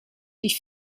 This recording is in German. die